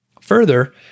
Further